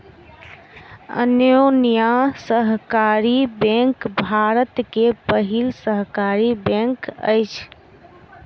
अन्योन्या सहकारी बैंक भारत के पहिल सहकारी बैंक अछि